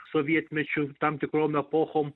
sovietmečiu tam tikrom epochom